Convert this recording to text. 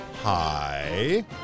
Hi